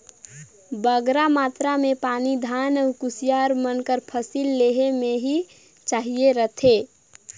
बगरा मातरा में पानी धान अउ कुसियार मन कर फसिल लेहे में ही चाहिए रहथे